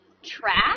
track